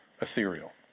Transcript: ethereal